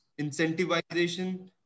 incentivization